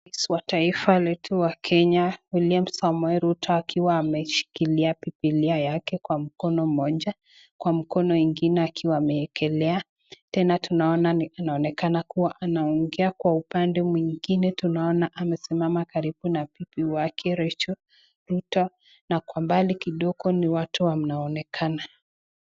Raisi wa taifa letu wa Kenya , William Samoei Ruto, akiwa ameshikilia bibillia yake kwa mkono mmoja, kwa mkono ingine akiwa ameekelea. Tena tunaona inaonekana kuwa anaongea, kwa upande mwingine tunaona amesimama karibu na bibi wake Rachael Ruto na kwa mbali kidogo ni watu wanaonekana.